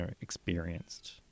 experienced